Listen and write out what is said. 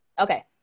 okay